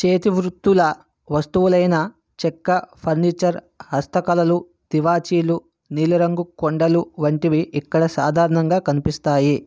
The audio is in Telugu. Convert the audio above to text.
చేతివృత్తుల వస్తువులైన చెక్క ఫర్నిచర్ హస్తకళలు తివాచీలు నీలరంగు కొండలు వంటివి ఇక్కడ సాధారణంగా కనిపిస్తాయి